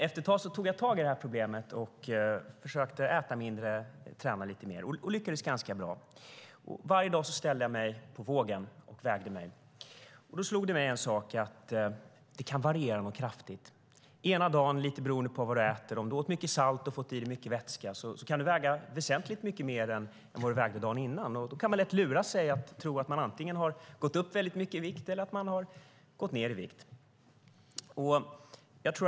Efter ett tag tog jag tag i det och försökte äta mindre och träna mer, och jag lyckades ganska bra. Varje dag ställde jag mig på vågen, och det slog mig att vikten kunde variera ganska mycket. Hade jag ätit mycket salt och fått i mig mycket vätska kunde jag väga betydligt mer än dagen före och tvärtom. Då var det lätt att bli lurad att tro att jag antingen hade gått upp eller gått ned mycket i vikt.